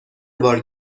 بار